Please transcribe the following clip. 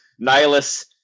Nihilus